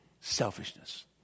Selfishness